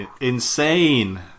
insane